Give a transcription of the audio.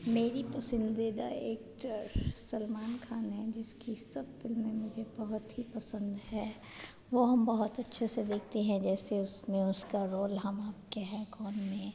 मेरा पसन्दीदा एक्टर सलमान खान है जिसकी सब फिल्में मुझे बहुत ही पसन्द है वह हम बहुत अच्छे से देखते हैं जैसे उसमें उसका रोल हम आपके हैं कौन में